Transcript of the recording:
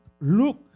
look